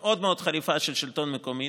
מאוד מאוד חריפה של השלטון המקומי,